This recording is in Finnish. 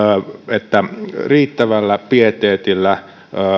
että riittävällä pieteetillä